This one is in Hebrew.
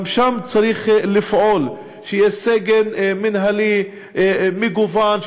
גם שם צריך לפעול שיהיה סגל מינהלי מגוון,